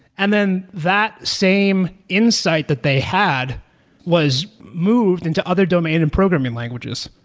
and then that same insight that they had was moved into other domain and programming languages.